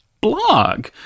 blog